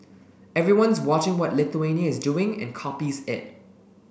everyone's watching what Lithuania is doing and copies it